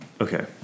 Okay